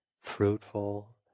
fruitful